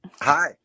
Hi